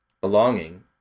Belonging